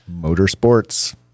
Motorsports